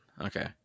Okay